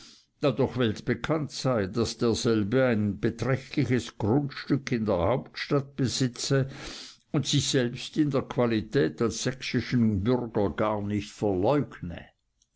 doch weltbekannt sei daß derselbe ein beträchtliches grundstück in der hauptstadt besitze und sich selbst in der qualität als sächsischen bürger gar nicht verleugne